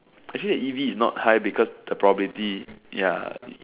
actually easy is not high because the probability ya